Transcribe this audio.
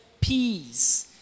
Peace